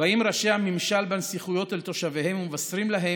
באים ראשי הממשל והנסיכויות אל תושביהם ומבשרים להם: